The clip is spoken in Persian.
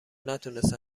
نتونستن